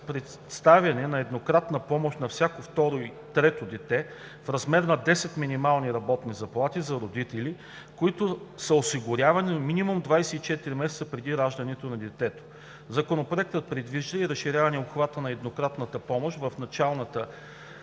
предоставяне на еднократна помощ за всяко второ и трето дете в размер на 10 минимални работни заплати, за родители, които са осигурявани минимум 24 месеца преди раждането на детето. Законопроектът предвижда и разширяване на обхвата на еднократна помощ в началото